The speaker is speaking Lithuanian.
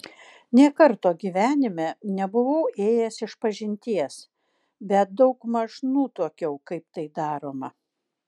nė karto gyvenime nebuvau ėjęs išpažinties bet daugmaž nutuokiau kaip tai daroma